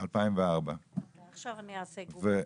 2004. אני עכשיו אבדוק בגוגל.